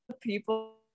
people